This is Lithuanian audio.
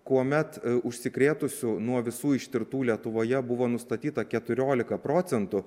kuomet užsikrėtusių nuo visų ištirtų lietuvoje buvo nustatyta keturiolika procentų